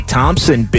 Thompson